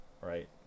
right